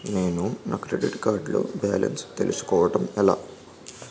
నేను నా credit card లో బాలన్స్ తెలుసుకోవడం ఎలా?